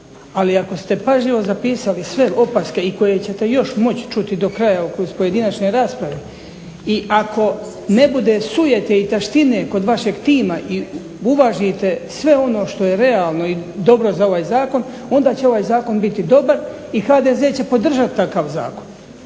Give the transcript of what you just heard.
ali ako ste pažljivo zapisali sve opaske i koje ćete još moći čuti do kraja iz pojedinačne rasprave i ako ne bude sujete i taštine kod vašeg tima i uvažite sve ono što je realno i dobro za ovaj zakon onda će ovaj zakon biti dobar i HDZ će podržati takav zakon.